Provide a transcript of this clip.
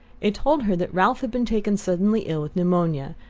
it told her that ralph had been taken suddenly ill with pneumonia,